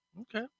Okay